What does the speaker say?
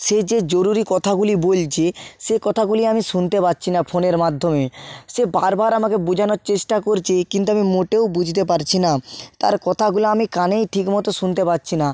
সে যে জরুরি কথাগুলি বলছে সেই কথাগুলি আমি শুনতে পাচ্ছি না ফোনের মাধ্যমে সে বারবার আমাকে বোঝানোর চেষ্টা করছে কিন্তু আমি মোটেও বুঝতে পারছি না তার কথাগুলো আমি কানেই ঠিক মতো শুনতে পাচ্ছি না